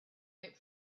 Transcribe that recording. wait